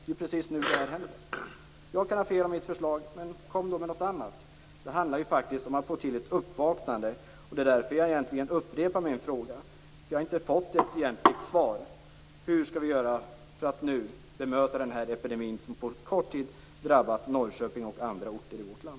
Det är precis nu det händer. Jag kan ha fel om mitt förslag, men kom då med något annat. Det handlar faktiskt om att få till ett uppvaknande. Det är därför jag upprepar min fråga. Jag har inte fått ett egentligt svar. Hur skall vi göra för att nu bemöta den epidemi som på kort tid drabbat Norrköping och andra orter i vårt land?